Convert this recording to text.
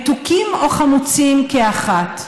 מתוקים או חמוצים כאחת.